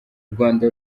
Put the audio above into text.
rwanda